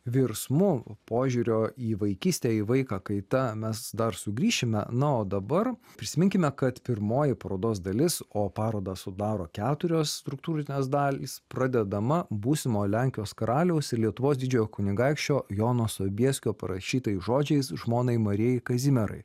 virsmu požiūrio į vaikystę į vaiką kaita mes dar sugrįšime na o dabar prisiminkime kad pirmoji parodos dalis o parodą sudaro keturios struktūrinės dalys pradedama būsimo lenkijos karaliaus ir lietuvos didžiojo kunigaikščio jono sobieskio parašytais žodžiais žmonai marijai kazimierai